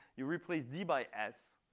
you replace d by s,